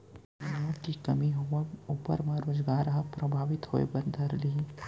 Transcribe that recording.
बिनियोग के कमी होवब ऊपर म रोजगार ह परभाबित होय बर धर लिही